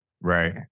right